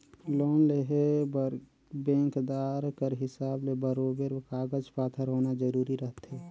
loan लेय बर बेंकदार कर हिसाब ले बरोबेर कागज पाथर होना जरूरी रहथे